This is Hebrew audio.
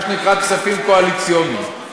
מה שנקרא כספים קואליציוניים,